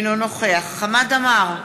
אינו נוכח חמד עמאר,